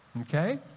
Okay